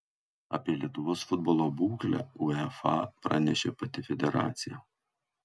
apie lietuvos futbolo būklę uefa pranešė pati federacija